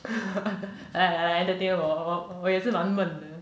来来 entertain 我我也是蛮闷的